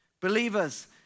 Believers